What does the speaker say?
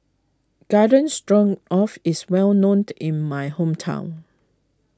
Garden strong of is well known in my hometown